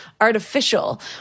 artificial